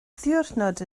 ddiwrnod